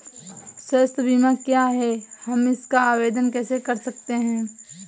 स्वास्थ्य बीमा क्या है हम इसका आवेदन कैसे कर सकते हैं?